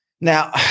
Now